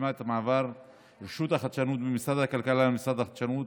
ומשלימה את מעבר רשות החדשנות ממשרד הכלכלה למשרד החדשנות,